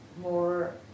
more